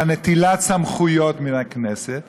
אלא נטילת סמכויות מן הכנסת,